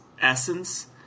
essence